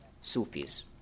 Sufis